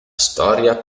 storia